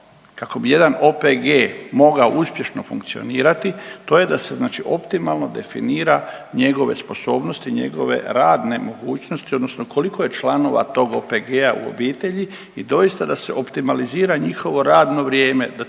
kako bi jedan OPG mogao uspješno funkcionirati, to je da se znači optimalno definira njegove sposobnosti, njegove radne mogućnosti odnosno koliko je članova tog OPG-a u obitelji i doista da se optimalizira njihovo radno vrijeme, da ti ljudi